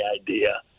idea